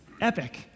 epic